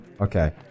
Okay